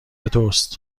توست